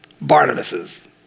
Barnabas's